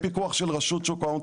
יהיה פיקוח של רשות שוק ההון.